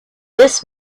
this